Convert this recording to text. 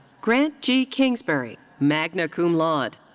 grant g. kingsbury, magna cum laude.